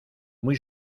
muy